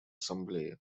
ассамблеи